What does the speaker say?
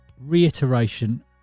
reiteration